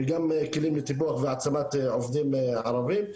וגם כלים לטיפוח והעצמת עובדים ערבים.